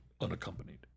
unaccompanied